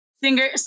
singer